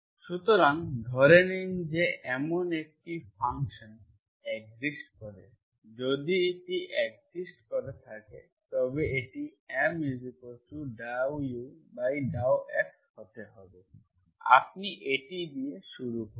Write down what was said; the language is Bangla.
সুতরাং ধরে নিন যে এমন একটি ফাংশন এক্সিস্ট করে যদি এটি এক্সিস্ট করে থাকে তবে এটি M∂u∂x হতে হবে আপনি এটি দিয়ে শুরু করুন